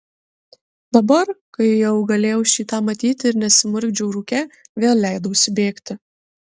dabar kai jau galėjau šį tą matyti ir nesimurkdžiau rūke vėl leidausi bėgti